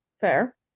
Fair